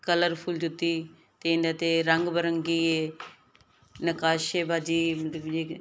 colourful ਜੁੱਤੀ ਅਤੇ ਇਹਨਾਂ 'ਤੇ ਰੰਗ ਬਿਰੰਗੀ ਨਕਾਸ਼ੇਬਾਜੀ ਮਤਲਬ ਵੀ ਜੇ